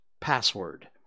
Password